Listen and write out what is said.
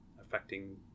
affecting